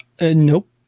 Nope